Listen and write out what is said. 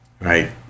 Right